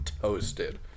toasted